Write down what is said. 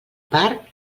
part